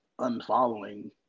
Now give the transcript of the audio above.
unfollowing